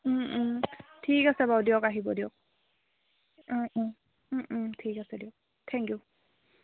ঠিক আছে বাৰু দিয়ক আহিব দিয়ক ঠিক আছে দিয়ক থেংক ইউ